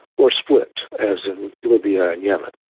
or split, as in libya and yemen.